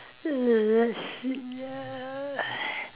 l~ let's see ah